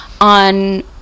on